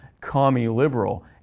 commie-liberal